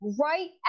right